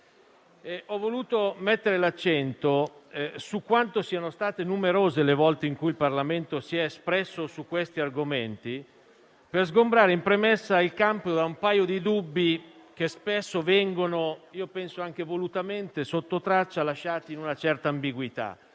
Ho voluto mettere l'accento su quanto siano state numerose le volte in cui il Parlamento si è espresso su questi argomenti, per sgombrare il campo in premessa da un paio di dubbi che spesso (penso anche volutamente) vengono lasciati sottotraccia in una certa ambiguità: